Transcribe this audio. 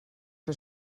que